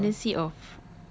he has his tendency of